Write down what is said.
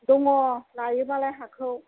दङ लायोबालाय हाखौ